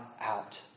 out